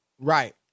Right